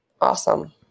Awesome